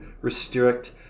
restrict